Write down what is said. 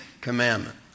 commandment